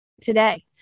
today